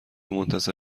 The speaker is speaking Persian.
منتظر